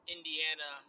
Indiana